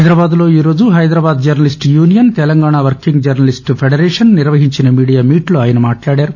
హైదరాబాద్లో ఈరోజు Hyderabad journalist union Telangana working journalist federation నిర్వహించిన మీడియా మీట్లో ఆయన మాట్లాడారు